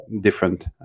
Different